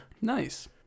Nice